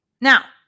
Now